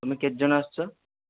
ତୁମେ କେତେ ଜଣ ଆସୁଛ